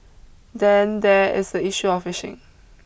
then there is the issue of fishing